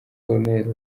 col